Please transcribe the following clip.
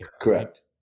correct